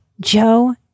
Joe